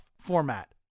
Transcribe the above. format